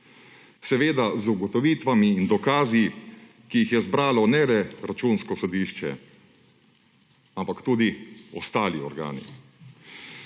Seveda z ugotovitvami in dokazi, ki jih je zbralo ne le Računsko sodišče, ampak tudi ostali organi.